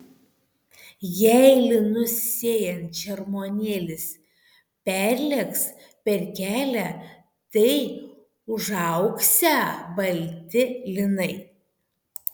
jei linus sėjant šermuonėlis perlėks per kelią tai užaugsią balti linai